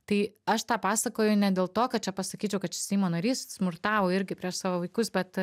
tai aš tą pasakoju ne dėl to kad čia pasakyčiau kad seimo narys smurtavo irgi prieš savo vaikus bet